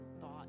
thought